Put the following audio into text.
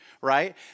right